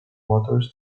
water